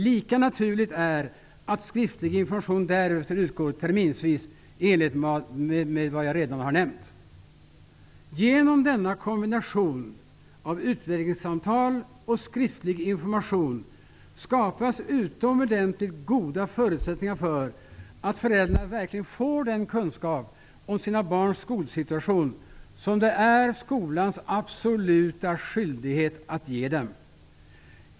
Lika naturligt är att skriftlig information därefter utgår terminsvis i enlighet med vad jag redan har nämnt. Genom denna kombination av utvecklingssamtal och skriftlig information skapas utomordentligt goda förutsättningar för att föräldrarna verkligen får den kunskap om sina barns skolsituation som det är skolans absoluta skyldighet att ge dem.